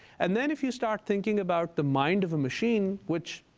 and then if you start thinking about the mind of a machine, which